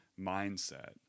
mindset